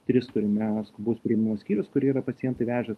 tris turime skubaus priėmimo skyrius kur yra pacientai veža